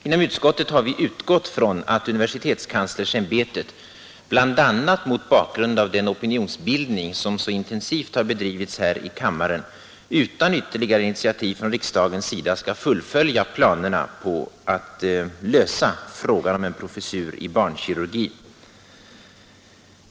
Inom utskottet har vi utgått från att universitetskanslersämbetet bl.a. mot bakgrund av den opinionsbildning som så intensivt har bedrivits här i kammaren utan ytterligare initiativ från riksdagen skall fullfölja planerna på en professur i barnkirurgi.